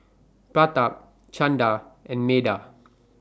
Pratap Chanda and Medha